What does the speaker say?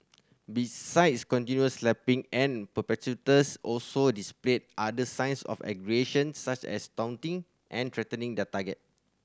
besides continual slapping and perpetrators also displayed other signs of aggression such as taunting and threatening their target